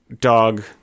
dog